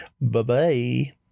Bye-bye